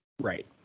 Right